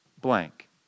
blank